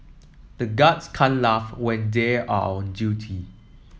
the guards can't laugh when they are on duty